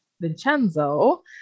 Vincenzo